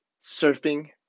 surfing